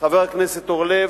חבר הכנסת אורלב,